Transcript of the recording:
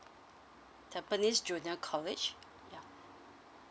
tampines junior college